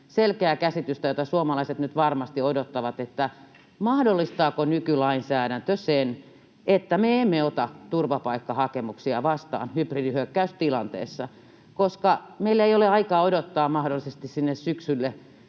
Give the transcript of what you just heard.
selkeää käsitystä, jota suomalaiset nyt varmasti odottavat, että mahdollistaako nykylainsäädäntö sen, että me emme ota turvapaikkahakemuksia vastaan hybridihyökkäystilanteessa. Meillä ei ole aikaa odottaa mahdollisesti sinne syksylle,